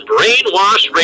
Brainwash